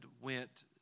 went